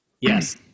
yes